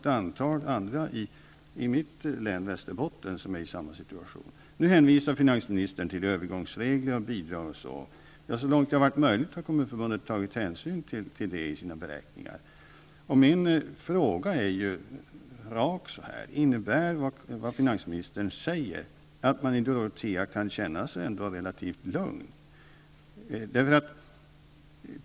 I mitt län, Västerbotten, finns ett antal andra som är i samma situation. Nu hänvisar finansministern till övergångsregler och bidrag. Så långt det har varit möjligt har Kommunförbundet tagit hänsyn till det i sina beräkningar. Min fråga är rakt av: Innebär det finansministern säger att man i Dorotea ändå kan känna sig relativt lugn?